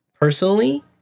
personally